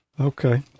Okay